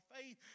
faith